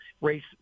race